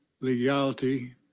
legality